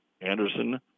anderson